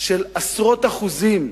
של עשרות אחוזים,